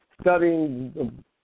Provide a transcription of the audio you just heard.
studying